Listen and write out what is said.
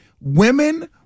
Women